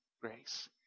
grace